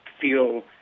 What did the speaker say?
feel